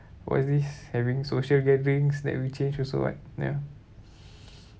what is this having social gatherings that will change also [what] ya